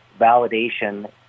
validation